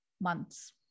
months